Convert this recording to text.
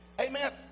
Amen